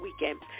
weekend